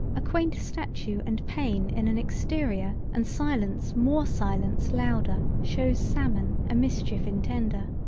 a quaint statue and pain in an exterior and silence more silence louder shows salmon a mischief intender.